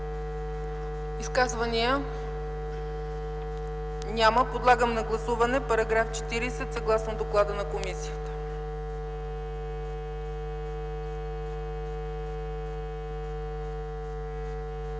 изказване? Няма. Подлагам на гласуване § 48 съгласно доклада на комисията.